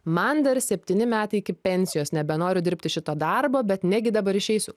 man dar septyni metai iki pensijos nebenoriu dirbti šito darbo bet negi dabar išeisiu